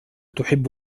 تحب